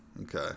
Okay